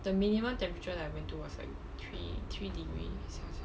the minimum temperature like I went to was like three three degrees celsius